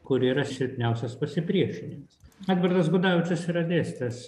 kur yra silpniausias pasipriešinimas edvardas gudavičius yra dėstęs